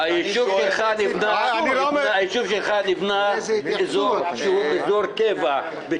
היישוב שלך נבנה באזור שהוא אזור טבע.